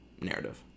narrative